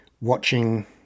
watching